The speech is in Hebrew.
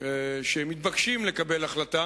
שמתבקשים לקבל החלטה